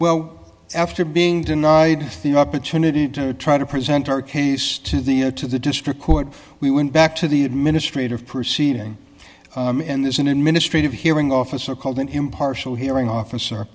well after being denied the opportunity to try to present our case to the to the district court we went back to the administrative proceeding in this in a ministry of hearing officer called an impartial hearing officer